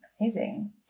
Amazing